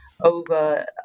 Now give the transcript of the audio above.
over